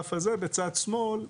בגרף הזה בצד שמאל,